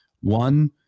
one